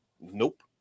Nope